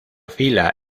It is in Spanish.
fila